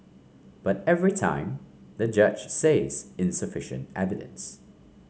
but every time the judge says insufficient evidence